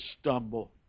stumble